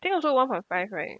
then also one point five right